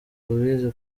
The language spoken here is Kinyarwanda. louise